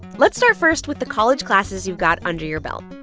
let's start first with the college classes you've got under your belt.